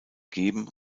geben